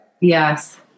Yes